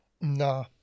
No